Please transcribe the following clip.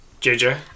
JJ